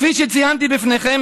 כפי שציינתי בפניכם,